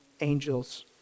angels